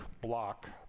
Block